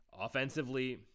Offensively